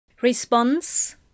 Response